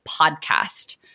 podcast